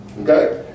okay